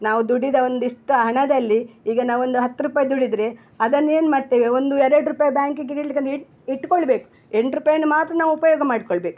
ನಾವು ದುಡಿದ ಒಂದಿಷ್ಟು ಹಣದಲ್ಲಿ ಈಗ ನಾವು ಒಂದು ಹತ್ತು ರೂಪಾಯಿ ದುಡಿದರೆ ಅದನ್ನೇನು ಮಾಡ್ತೇವೆ ಒಂದು ಎರಡು ರೂಪಾಯಿ ಬ್ಯಾಂಕಿಗೆ ನೀಡ್ಲಿಕ್ಕಂತ ಇಟ್ಟು ಇಟ್ಕೊಳ್ಬೇಕು ಎಂಟು ರೂಪಾಯನ್ನ ಮಾತ್ರ ನಾವು ಉಪಯೋಗ ಮಾಡ್ಕೊಳ್ಬೇಕು